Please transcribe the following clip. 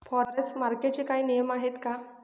Forex मार्केटचे काही नियम आहेत का?